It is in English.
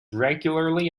regularly